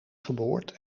geboord